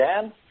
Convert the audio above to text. Dan